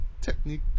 technique